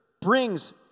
brings